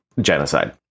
Genocide